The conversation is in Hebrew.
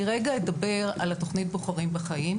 אני רגע אדבר על התוכנית "בוחרים בחיים",